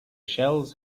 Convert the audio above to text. shells